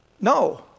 No